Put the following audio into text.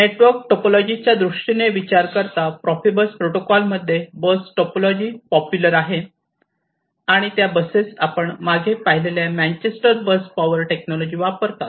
network topology च्या दृष्टीने विचार करता प्रोफिबस प्रोटोकॉल मध्ये बस टोपोलॉजी पॉप्युलर आहे आणि त्या बसेस आपण मागे पाहिलेल्या मॅंचेस्टर बस पावर टेक्नॉलॉजी वापरतात